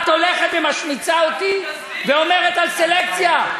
את הולכת ומשמיצה אותי ומדברת על סלקציה?